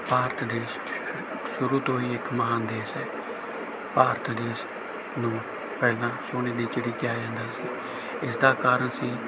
ਭਾਰਤ ਦੇਸ਼ ਸ਼ੁਰੂ ਤੋਂ ਹੀ ਇੱਕ ਮਹਾਨ ਦੇਸ਼ ਹੈ ਭਾਰਤ ਦੇਸ਼ ਨੂੰ ਪਹਿਲਾਂ ਸੋਨੇ ਦੀ ਚਿੜੀ ਕਿਹਾ ਜਾਂਦਾ ਸੀ ਇਸ ਦਾ ਕਾਰਨ ਸੀ